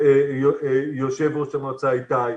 גם יושב ראש המועצה, איתי,